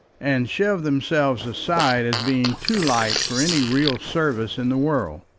and shove themselves aside as being too light for any real service in the world.